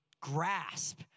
grasp